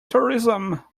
tourism